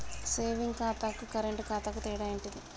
Saving ఖాతాకు current ఖాతాకు తేడా ఏంటిది?